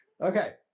Okay